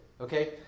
okay